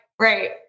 right